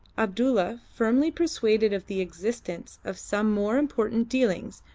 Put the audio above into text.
abdulla, firmly persuaded of the existence of some more important dealings,